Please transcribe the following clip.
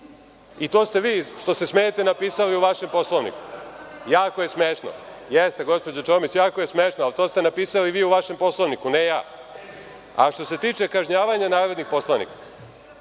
I, to se vi što se smejete, napisali u vašem Poslovniku. Jako je smešno. Jeste, gospođo Čomić jako je smešno, ali to ste napisali vi u vašem Poslovniku, a ne ja.A što se tiče kažnjavanja narodnih poslanika,